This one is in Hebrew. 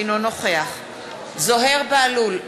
אינו נוכח זוהיר בהלול,